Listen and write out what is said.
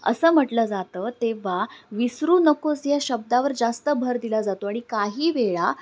असं म्हटलं जातं तेव्हा विसरू नकोस या शब्दावर जास्त भर दिला जातो आणि काही वेळा